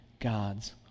God's